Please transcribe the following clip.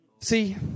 See